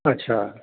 अच्छा